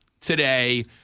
today